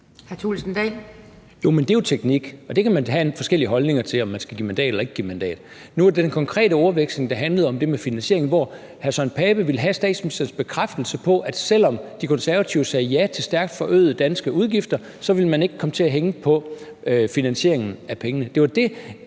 Det er jo teknik. Og man kan have forskellige holdninger til, om man skal give mandat eller ikke give mandat. Nu handlede den konkrete ordveksling om det med finansieringen, hvor hr. Søren Pape Poulsen ville have statsministerens bekræftelse på, at selv om De Konservative sagde ja til stærkt forøgede danske udgifter, ville man ikke komme til at hænge på finansieringen af det.